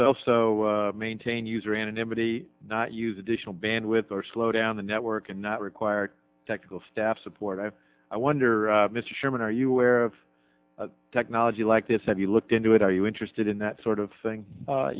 also maintain user anonymity not use additional bandwidth or slow down the network and not require technical staff support i wonder mr sherman are you aware of technology like this have you looked into it are you interested in that sort of thing